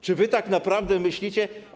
Czy wy tak naprawdę myślicie?